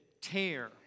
tear